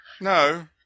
No